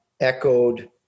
echoed